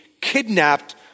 kidnapped